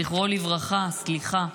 זכרו לברכה, סליחה,